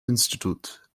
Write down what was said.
institut